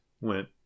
went